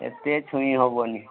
ଏତେ ଛୁଇଁ ହେବନି